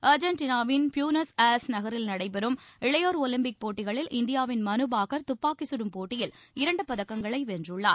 அர்ஜெண்டினாவின் Buenos Aires நகரில் நடைபெறும் இளையோர் ஒலிம்பிக் போட்டிகளில் இந்தியாவின் மனுபாக்கர் துப்பாக்கி சுடும் போட்டியில் இரண்டு பத்தக்கங்களை வென்றுள்ளார்